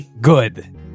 Good